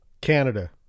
canada